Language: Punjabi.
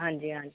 ਹਾਂਜੀ ਹਾਂਜੀ